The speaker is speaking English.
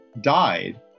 died